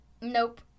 Nope